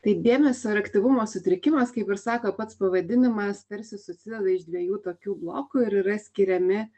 tai dėmesio ir aktyvumo sutrikimas kaip ir sako pats pavadinimas tarsi susideda iš dviejų tokių blokų ir yra skiriami